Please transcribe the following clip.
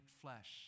flesh